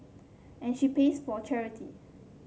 and she plays for charity